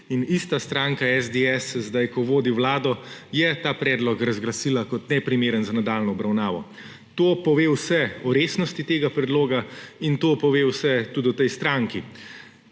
in ista stranka SDS zdaj, ko vodi vlado, je ta predlog razglasila kot neprimeren za nadaljnjo obravnavo. To pove vse o resnosti tega predloga in to pove vse tudi o tej stranki.